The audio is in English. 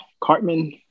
Cartman